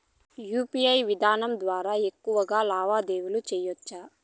UPI విధానం ద్వారా ఎక్కువగా లావాదేవీలు లావాదేవీలు సేయొచ్చా?